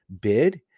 bid